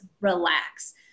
relax